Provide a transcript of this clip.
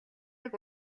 нэг